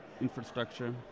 infrastructure